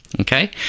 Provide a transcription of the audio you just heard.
okay